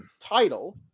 title